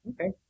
Okay